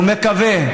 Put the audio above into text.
הוא מקווה.